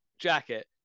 jacket